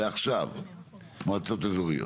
מועצות אזוריות.